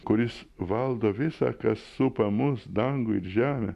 kuris valdo visa kas supa mus dangų ir žemę